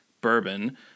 bourbon